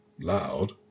Loud